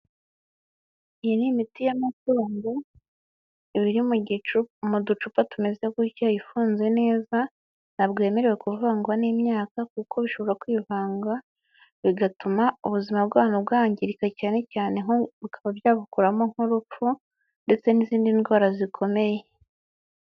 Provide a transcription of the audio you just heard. Iyi ni imiti y'amatungu iba iri mu gicuku mu ducupa tumeze gutya ifunze neza, ntabwo yemerewe kuvangwa n'imyaka, kuko bishobora kwivanga bigatuma ubuzima bwawanyu bwangirika cyane cyane bukaba byabukuramo nk'urupfu ndetse n'izindi ndwara zikomeye.